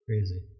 crazy